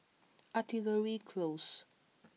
Artillery Close